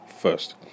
first